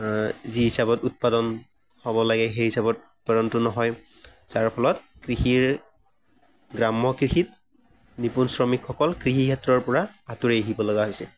যি হিচাপত উৎপাদন হ'ব লাগে সেই হিচাপত উৎপাদনটো নহয় যাৰ ফলত কৃষিৰ গ্ৰাম্য কৃষিত নিপুণ শ্ৰমিকসকল কৃষিক্ষেত্ৰৰ পৰা আঁতৰি আহিবলগীয়া হৈছে